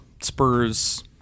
Spurs